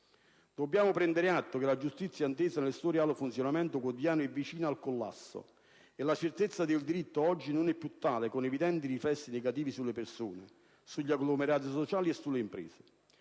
Dobbiamo prendere atto che la giustizia intesa nel suo reale funzionamento quotidiano è vicina al collasso e la certezza del diritto oggi non è più tale, con evidenti riflessi negativi sulle persone, sugli agglomerati sociali e sulle imprese.